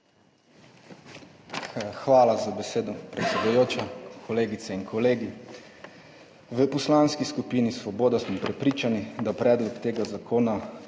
Hvala za besedo, predsedujoča. Kolegice in kolegi. V Poslanski skupini Svoboda smo prepričani, da predlog tega zakona